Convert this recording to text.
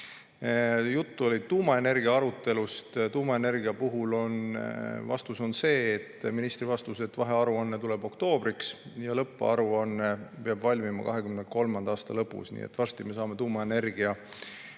Juttu oli tuumaenergia arutelust. Tuumaenergia puhul on ministri vastus see, et vahearuanne tuleb oktoobriks ja lõpparuanne peab valmima 2023. aasta lõpus. Nii et varsti me saame tuumaenergia